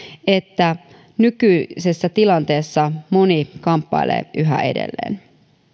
että nykyisessä tilanteessa moni kamppailee yhä edelleen